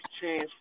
chance